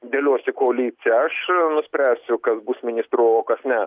dėliosiu koaliciją aš nuspręsiu kas bus ministru o kas ne